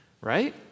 Right